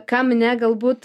kam ne galbūt